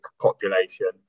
population